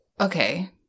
okay